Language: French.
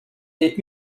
est